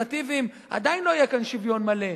האלטרנטיביים עדיין לא יהיה כאן שוויון מלא.